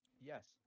Yes